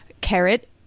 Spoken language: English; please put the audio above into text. carrot